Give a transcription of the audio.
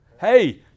Hey